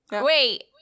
wait